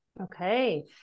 Okay